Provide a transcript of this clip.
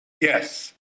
Yes